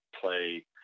play